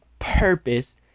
purpose